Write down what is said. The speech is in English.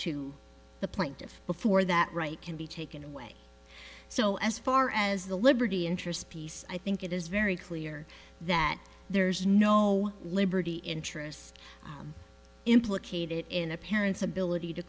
to the plaintiff before that right can be taken away so as far as the liberty interest piece i think it is very clear that there's no liberty interest implicated in a parent's ability to